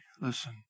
listen